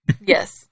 Yes